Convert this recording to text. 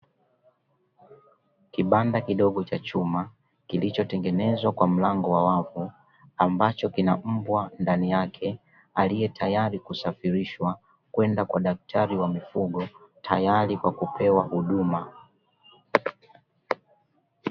Kibanda kidogo cha chuma kilichotengenezwa kwa mlango wa wavu, ambacho kina mbwa ndani yake aliyetayari kusafirishwa kwenda kwa daktari wa mifugo tayari kwa kupewa huduma.